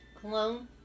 Cologne